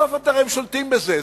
הרי בסוף אתם שולטים בזה,